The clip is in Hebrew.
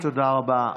ממש תודה רבה.